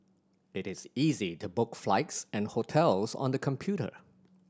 it is easy to book flights and hotels on the computer